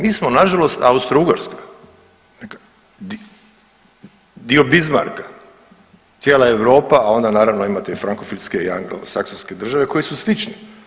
Mi smo na žalost Austro-ugarska dio Bizmarka, cijela Europa a onda naravno imate i frankofilske i anglosaksonske države koji su slični.